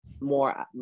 more